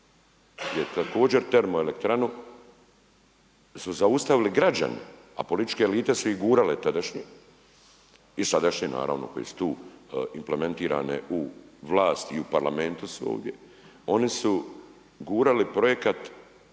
gdje također termoelektranu su zaustavili građani, a političke elite su je gurale tadašnje, i sadašnje naravno, koje su tu implementirane u vlast i u Parlamentu si ovdje, oni su gurali projekat